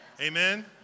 Amen